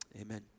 Amen